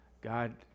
God